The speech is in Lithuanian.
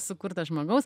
sukurtos žmogaus